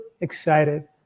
excited